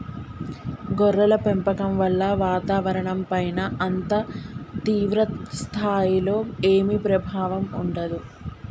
గొర్రెల పెంపకం వల్ల వాతావరణంపైన అంత తీవ్ర స్థాయిలో ఏమీ ప్రభావం ఉండదు